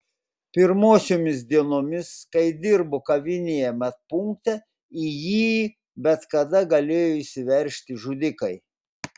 pirmosiomis dienomis kai dirbo kavinėje medpunkte į jį bet kada galėjo įsiveržti žudikai